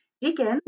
Deacons